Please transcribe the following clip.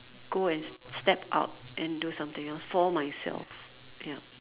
go and step out and do something else for myself yup